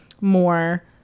more